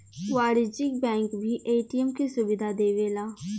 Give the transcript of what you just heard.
वाणिज्यिक बैंक भी ए.टी.एम के सुविधा देवेला